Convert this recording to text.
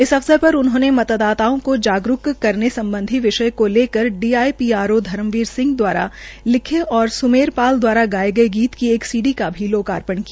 इस अवसर पर उन्होंने मतदाताओं को जागरूक करनेसम्बधी विष्य को लेकर D L P R O Dharamveer Singh दवारा लिखे और स्मेर पाल द्वारा गाये गीत की एक सी डी भी लोकापर्ण किया